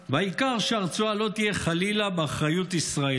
והעיקר שהרצועה לא תהיה, חלילה, באחריות ישראלית,